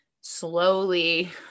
slowly